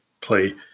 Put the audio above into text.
play